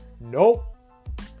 Nope